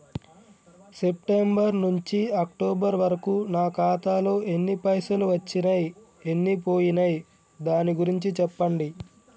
September నుంచి October వరకు నా ఖాతాలో ఎన్ని పైసలు వచ్చినయ్ ఎన్ని పోయినయ్ దాని గురించి చెప్పండి?